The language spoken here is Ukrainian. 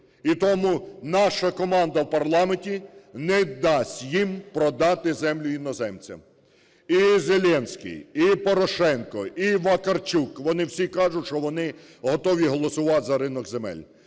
І тому наша команда в парламенті не дасть їм продати землю іноземцям. І Зеленський, і Порошенко, і Вакарчук – вони всі кажуть, що вони готові голосувати за ринок земель.